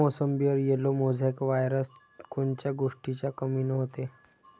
मोसंबीवर yellow mosaic virus कोन्या गोष्टीच्या कमीनं होते?